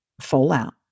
fallout